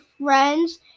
friends